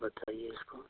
बताइए इसको